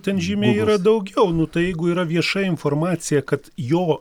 ten žymiai yra daugiau nu tai jeigu yra vieša informacija kad jo